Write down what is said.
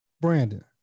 Brandon